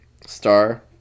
star